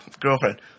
girlfriend